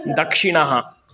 दक्षिणः